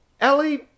Ellie